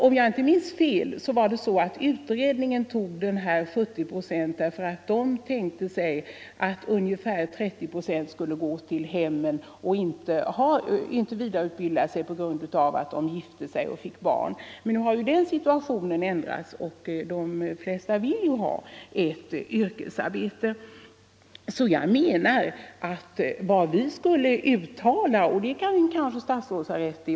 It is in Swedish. Om jag inte minns fel förordade utredningen dessa 70 procent därför att man tänkte sig att ungefär 30 procent av sjuksköterskorna skulle gå till hemmen och inte vidareutbilda sig på grund av att de gifte sig och fick barn. Men nu har ju den situationen ändrats, och de flesta vill ha ett yrkesarbete efter giftermålet.